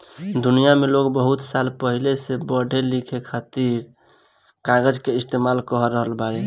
दुनिया में लोग बहुत साल पहिले से पढ़े लिखे खातिर कागज के इस्तेमाल कर रहल बाड़े